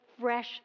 fresh